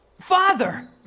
Father